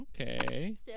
Okay